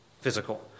Physical